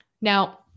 Now